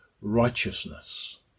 righteousness